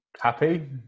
Happy